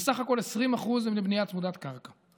ובסך הכול 20% הם לבנייה צמודת קרקע.